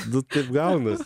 nu taip gaunas